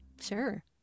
Sure